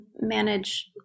manage